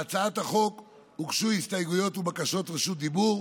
להצעת החוק הוגשו הסתייגויות ובקשות רשות דיבור.